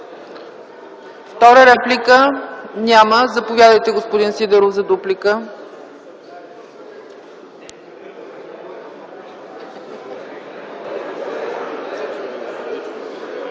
Втора реплика? Няма. Заповядайте, господин Сидеров, за дуплика.